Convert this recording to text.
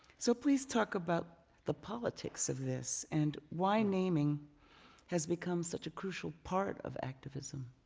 so please talk about the politics of this and why naming has become such a crucial part of activism.